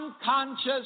unconscious